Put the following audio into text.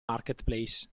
marketplace